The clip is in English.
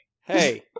Hey